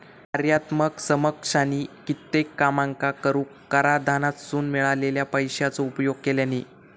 कार्यात्मक समकक्षानी कित्येक कामांका करूक कराधानासून मिळालेल्या पैशाचो उपयोग केल्यानी